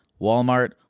Walmart